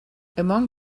among